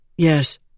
Yes